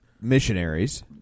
missionaries